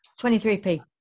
£23p